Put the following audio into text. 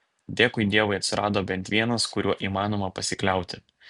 dėkui dievui atsirado bent vienas kuriuo įmanoma pasikliauti